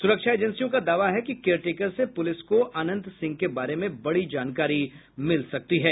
सुरक्षा एजेंसियों का दावा है कि केयरटेकर से पुलिस को अनंत सिंह के बारे में बड़ी जानकारी मिल सकती हैं